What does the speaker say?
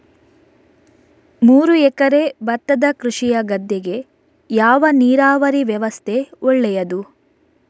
ಮೂರು ಎಕರೆ ಭತ್ತದ ಕೃಷಿಯ ಗದ್ದೆಗೆ ಯಾವ ನೀರಾವರಿ ವ್ಯವಸ್ಥೆ ಒಳ್ಳೆಯದು?